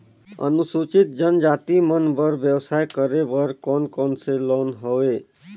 अनुसूचित जनजाति मन बर व्यवसाय करे बर कौन कौन से लोन हवे?